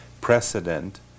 precedent